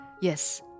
Yes